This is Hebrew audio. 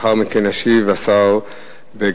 לאחר מכן ישיב השר בגין.